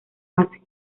base